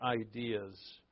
ideas